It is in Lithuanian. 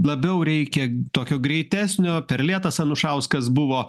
labiau reikia tokio greitesnio per lietas anušauskas buvo